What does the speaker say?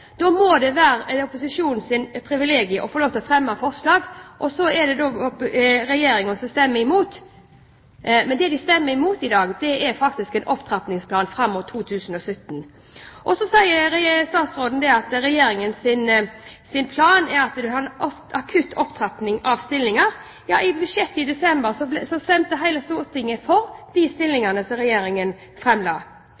må det være opposisjonens privilegium å få lov til å fremme forslag, og så kan regjeringspartiene stemme imot. Men det de stemmer imot i dag, er faktisk en opptrappingsplan fram mot 2017. Så sier statsråden at Regjeringens plan er at de vil ha en akutt opptrapping av antall stillinger. Under budsjettbehandlingen i desember stemte hele Stortinget for de